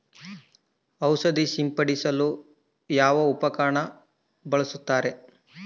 ಔಷಧಿ ಸಿಂಪಡಿಸಲು ಯಾವ ಉಪಕರಣ ಬಳಸುತ್ತಾರೆ?